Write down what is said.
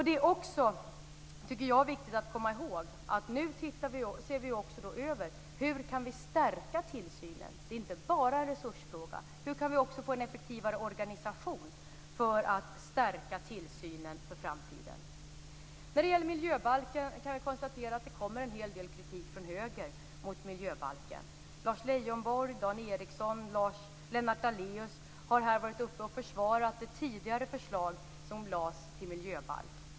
Det är också viktigt att komma ihåg, tycker jag, att vi nu ser över hur vi kan stärka tillsynen. Det är inte bara en resursfråga. Hur kan vi också få en effektivare organisation för att stärka tillsynen för framtiden? När det gäller miljöbalken kan vi konstatera att det kommer en hel del kritik från höger mot den. Lars Leijonborg, Dan Ericsson och Lennart Daléus har varit uppe och försvarat det tidigare förslag till miljöbalk som lades fram.